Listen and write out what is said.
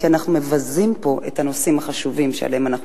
כי אנחנו מבזים פה את הנושאים החשובים שעליהם אנחנו